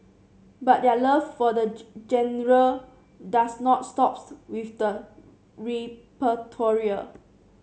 but their love for the genre does not stops with the repertoire